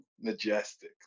majestic